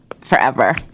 forever